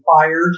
fired